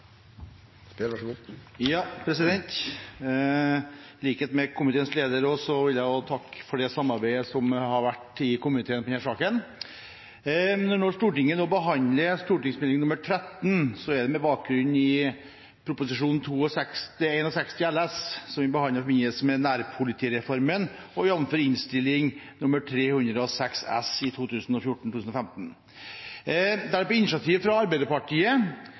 vil også takke for det samarbeidet som har vært i komiteen i denne saken. Når Stortinget nå behandler Meld. St. 13 for 2015–2016, så er det med bakgrunn i Prop. 61 LS for 2014–2015, som vi behandlet i forbindelse med nærpolitireformen, jf. Innst. 306 S for 2014–2015, der det på initiativ fra Arbeiderpartiet